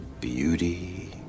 beauty